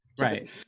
Right